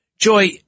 Joy